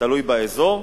תלוי באזור,